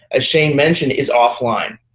as shane mentioned, is offline.